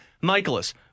Michaelis